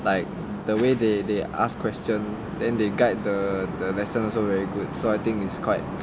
like the way they they ask question then they guide the the lesson also very good so I think is quite